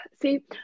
see